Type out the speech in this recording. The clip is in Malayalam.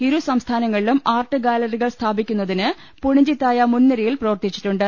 ഇരു സംസ്ഥാനങ്ങളിലും ആർട്ട് ഗാലറികൾ സ്ഥാപിക്കുന്നതിന് പുണി ഞ്ചിത്തായ മുൻനിരയിൽ പ്രവർത്തിച്ചിട്ടുണ്ട്